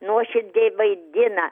nuoširdžiai vaidina